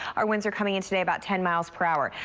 our winds are coming in today about ten miles per hour.